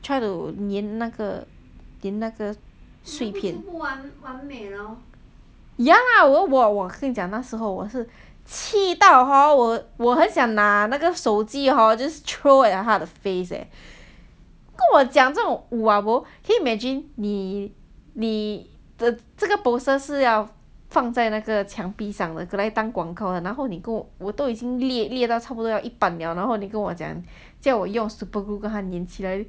try to 粘那个粘那个碎片 ya 我跟你讲那时候我是气到 hor 我我很想拿那个手机 hor just throw at 他的 face leh 跟我讲这种 wu ah bo can you imagine 你你的这个 poster 是要放在那个墙壁上的拿来当广告的然后你跟我都已经要列列到差不多要一半了然后你跟我讲叫我用 super glue 跟他粘起来